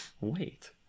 Wait